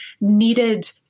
needed